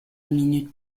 minute